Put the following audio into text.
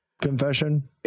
confession